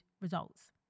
results